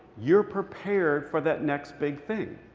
you're prepared for that next big thing.